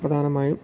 പ്രധാനമായും